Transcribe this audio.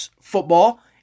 football